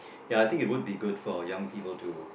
ya I think it would be good for young people to